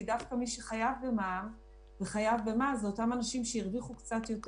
דווקא מי שחייב במע"מ וחייב במס זה אותם אנשים שהרוויחו קצת יותר.